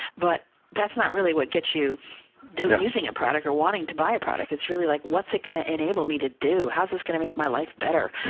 but that's not really what gets you using a product or wanting to buy a product. it's really like, what is it going to enable me to do? how is this going to make my life better?